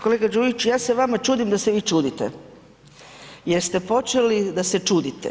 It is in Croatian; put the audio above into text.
Kolega Đujić ja se vama čudim da se vi čudite jer ste počeli da se čudite.